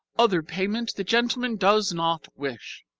other payment the gentleman does not wish.